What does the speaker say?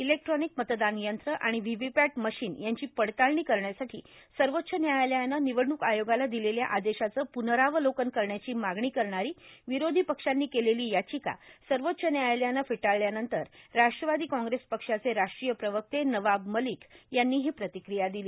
electronic मतदान यंत्र आणि व्हीव्हीपॅट मशिन यांची पडताळणी करण्यासाठी सर्वोच्व व्यायालयानं निवडणूक आयोगाला दिलेल्या आदेशाचं पुनरावलोकन करण्याची मागणी करणारी विरोधी पक्षांनी केलेली याचिका सर्वोच्च न्यायालयानं फेटाळल्यानंतर राष्ट्रवादी काँग्रेस पक्षाचे राष्ट्रीय प्रवक्ते नवाब मलिक यांनी ही प्रतिक्रिया दिली